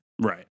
Right